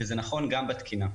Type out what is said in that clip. וזה נכון גם בתקינה.